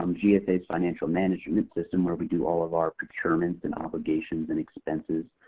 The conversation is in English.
um gsa's financial management system where we do all of our procurements and obligations and expenses,